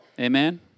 Amen